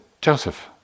Joseph